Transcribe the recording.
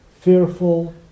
fearful